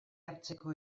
hartzeko